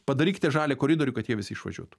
padarykite žalią koridorių kad jie visi išvažiuotų